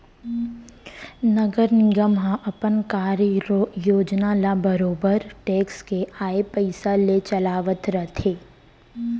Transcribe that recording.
नगर निगम ह अपन कार्य योजना ल बरोबर टेक्स के आय पइसा ले चलावत रथे